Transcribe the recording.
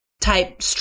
type